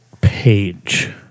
page